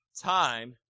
Time